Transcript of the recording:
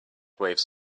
waves